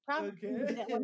Okay